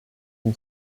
and